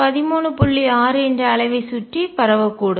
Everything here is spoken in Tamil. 6 என்ற அளவை சுற்றி பரவக்கூடும்